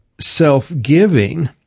self-giving